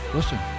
Listen